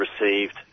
received